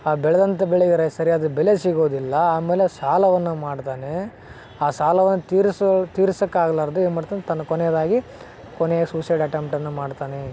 ಆ ಬೆಳೆದಂತ ಬೆಳೆಗೆ ಸರಿಯಾದ ಬೆಲೆ ಸಿಗೋದಿಲ್ಲ ಆಮೇಲೆ ಸಾಲವನ್ನು ಮಾಡ್ತಾನೆ ಆ ಸಾಲವನ್ನು ತೀರಿಸೋ ತೀರಿಸೊಕ್ಕಾಗಲಾರ್ದೆ ಏನು ಮಾಡ್ತಾನೆ ತನ್ನ ಕೊನೆಯದಾಗಿ ಕೊನೆಯ ಸೂಸೈಡ್ ಅಟೆಂಪ್ಟನ್ನು ಮಾಡ್ತಾನೆ